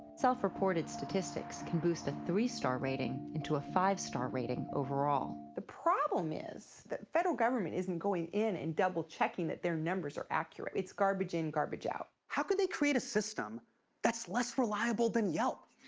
self-reported statistics can boost a three-star rating into a five-star rating overall. the problem is that federal government isn't going in and double-checking that their numbers are accurate. it's garbage in, in, garbage out. how could they create a system that's less reliable than yelp?